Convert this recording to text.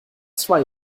zwei